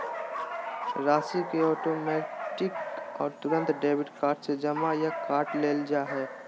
राशि के ऑटोमैटिक और तुरंत डेबिट कार्ड से जमा या काट लेल जा हइ